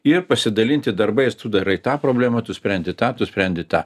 ir pasidalinti darbais tu darai tą problemą tu sprendi tą tu sprendi tą